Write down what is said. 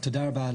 תודה רבה.